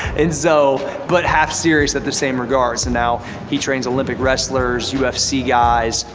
and so, but half serious at the same regard so now he trains olympic wrestlers, ufc guys,